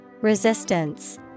Resistance